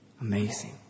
Amazing